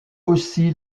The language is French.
aussi